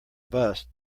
bust